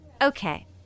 Okay